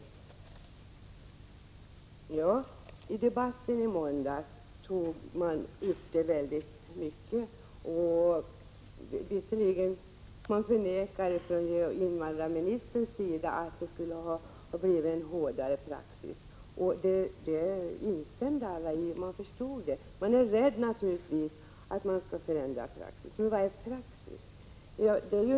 Under interpellationsdebatten i måndags avhandlades denna fråga utförligt, och invandrarministern förnekade att det skulle ha blivit en hårdare praxis. Alla anslöt sig till denna mening, och man förstod detta. Man är naturligtvis rädd att praxis skall förändras. Men vad är praxis?